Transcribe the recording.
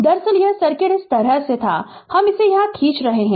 दरअसल यह सर्किट इस तरह था कि हम इसे यहां खींच रहे है